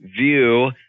view